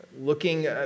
looking